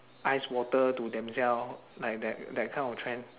ice water to themselves like that that kind of trend